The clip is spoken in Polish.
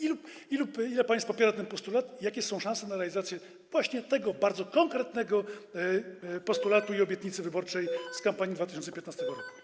Ile państw popiera ten postulat i jakie są szanse na realizacje właśnie tego bardzo konkretnego postulatu i obietnicy wyborczej z kampanii z 2015 r.